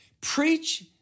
Preach